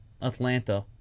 Atlanta